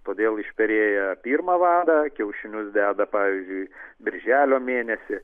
todėl išperėję pirmą vadą kiaušinius deda pavyzdžiui birželio mėnesį